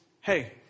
hey